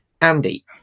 Andy